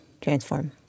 Transform